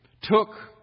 Took